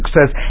says